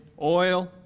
oil